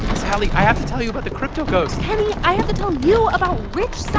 sally, i have to tell you about the crypto ghost kenny, i have to tell you about rich